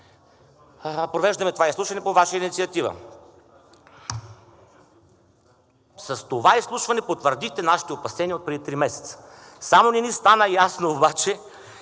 провеждаме това изслушване по Ваша инициатива. С това изслушване потвърдихте нашите опасения отпреди три месеца. Само не ни стана ясно обаче